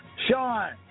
Sean